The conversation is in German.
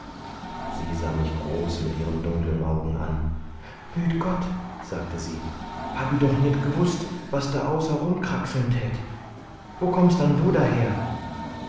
sie sah mich groß mit ihren dunkeln augen an b'hüt gott sagte sie hab i doch nit gewußt was da außa rumkraxln tät wo kommst denn du daher